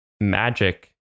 magic